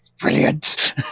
brilliant